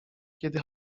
kiedy